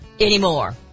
anymore